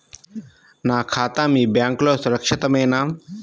నా ఖాతా మీ బ్యాంక్లో సురక్షితమేనా?